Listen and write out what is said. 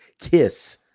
Kiss